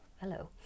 hello